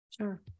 Sure